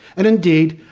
and indeed,